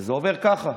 וזה עובר ככה.